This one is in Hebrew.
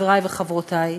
חברי וחברותי: